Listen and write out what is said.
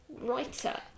writer